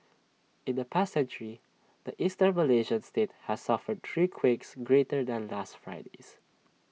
in the past century the Eastern Malaysian state has suffered three quakes greater than last Friday's